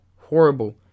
horrible